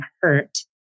hurt